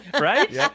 Right